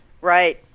right